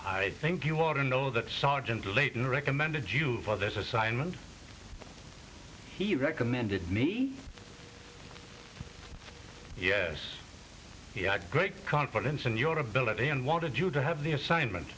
i think you want to know that sergeant layton recommended you for this assignment he recommended me yes he had great confidence in your ability and wanted you to have the assignment